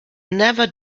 never